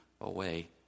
away